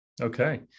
Okay